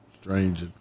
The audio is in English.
strange